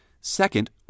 Second